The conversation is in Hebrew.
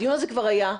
הדיון הזה כבר היה,